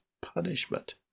punishment